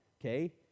okay